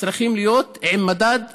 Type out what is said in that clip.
צריכות להיות עם מדד ברור.